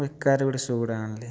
ବେକାରରେ ଗୋଟିଏ ଶୁ' ଗୋଟିଏ ଆଣିଲି